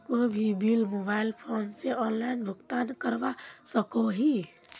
कोई भी bill mobile phone से ऑनलाइन भुगतान करवा सकोहो ही?